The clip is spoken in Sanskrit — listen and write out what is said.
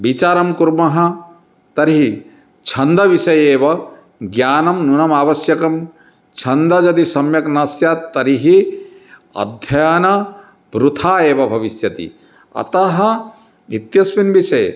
विचारं कुर्मः तर्हि छन्दविषये एवं ज्ञानं नूनमावश्यकं छन्दादि सम्यक् न स्यात् तर्हि अध्ययनं वृथैव भविष्यति अतः इत्यस्मिन् विषये